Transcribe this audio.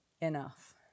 enough